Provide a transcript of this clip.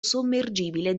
sommergibile